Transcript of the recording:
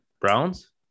Browns